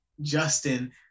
justin